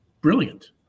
brilliant